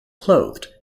clothed